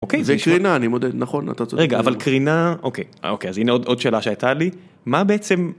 זה קרינה, אני מודה, נכון, אתה צודק, רגע, אבל קרינה, אוקיי, אוקיי, אז הנה עוד שאלה שהייתה לי, מה בעצם...